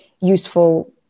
useful